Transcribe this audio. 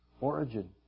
origin